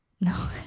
No